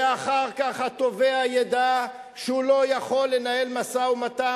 ואחר כך, התובע ידע שהוא לא יכול לנהל משא-ומתן.